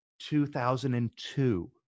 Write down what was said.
2002